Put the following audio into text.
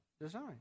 design